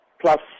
plus